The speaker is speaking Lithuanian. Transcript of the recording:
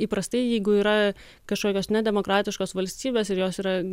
įprastai jeigu yra kažkokios nedemokratiškos valstybės ir jos yra